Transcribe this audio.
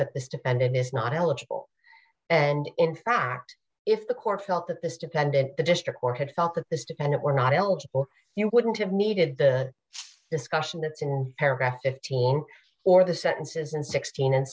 that this to end it is not eligible and in fact if the court felt that this dependent the district court had felt that this defendant were not eligible you wouldn't have needed the discussion that's in paragraph fifteen or the sentences